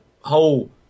whole